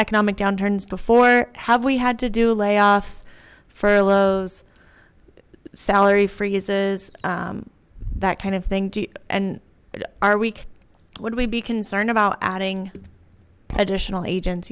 economic downturns before have we had to do layoffs furloughs salary freezes that kind of thing and are weak would we be concerned about adding additional agents